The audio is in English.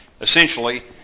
essentially